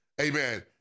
Amen